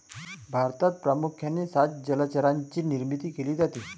भारतात प्रामुख्याने सात जलचरांची निर्मिती केली जाते